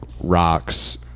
rocks